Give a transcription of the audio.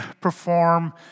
perform